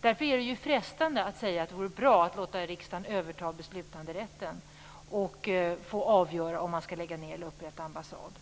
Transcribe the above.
Därför är det ju frestande att säga att det vore bra att låta riksdagen överta beslutanderätten och avgöra om man skall lägga ned eller upprätta ambassad.